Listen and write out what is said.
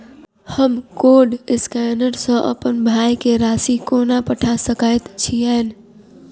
हम code scanner सँ अप्पन भाय केँ राशि कोना पठा सकैत छियैन?